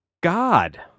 God